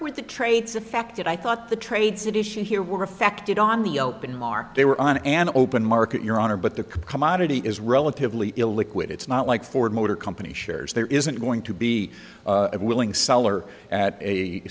with the trades affected i thought the trades edition here were affected on the open market they were on an open market your honor but the commodity is relatively illiquid it's not like ford motor company shares there isn't going to be willing seller at a